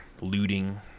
looting